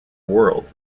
worlds